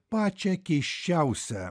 pačią keisčiausią